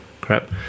crap